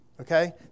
Okay